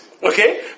Okay